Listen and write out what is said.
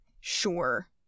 Sure